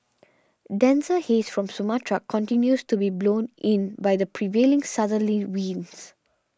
denser haze from Sumatra continues to be blown in by the prevailing southerly winds